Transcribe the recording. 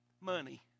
Money